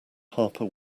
harper